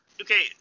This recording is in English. Okay